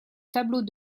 tableaux